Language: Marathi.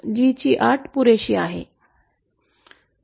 तर जी अट पुरेसा आहे